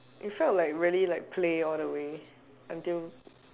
it felt like really like play all the way until